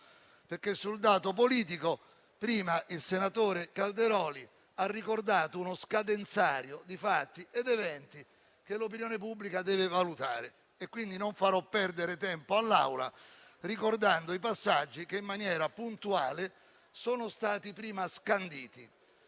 perché sul dato politico prima il senatore Calderoli ha ricordato uno scadenzario di fatti ed eventi che l'opinione pubblica deve valutare e quindi non farò perdere tempo all'Assemblea ricordando i passaggi che, in maniera puntuale, sono stati prima scanditi